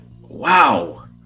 Wow